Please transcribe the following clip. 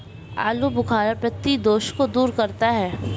आलूबुखारा पित्त दोष को दूर करता है